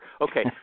Okay